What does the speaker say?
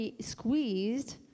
squeezed